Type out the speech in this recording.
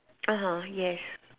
[aha] yes